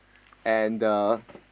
and the